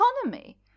economy